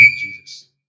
Jesus